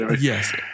Yes